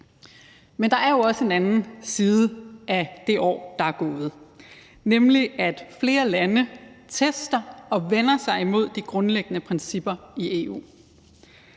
Men der er jo også en anden side af det år, der er gået, nemlig at flere lande tester og vender sig imod de grundlæggende principper i EU.